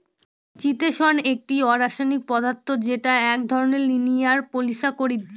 চিতোষণ একটি অরাষায়নিক পদার্থ যেটা এক ধরনের লিনিয়ার পলিসাকরীদ